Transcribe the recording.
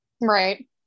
Right